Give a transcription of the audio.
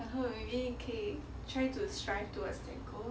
I hope maybe you try to strive towards the goal